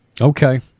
Okay